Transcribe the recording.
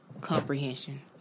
comprehension